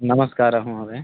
नमस्कारः महोदयः